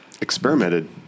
experimented